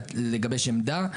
לגבש עמדה.